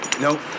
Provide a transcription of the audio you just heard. Nope